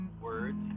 words